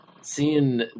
seeing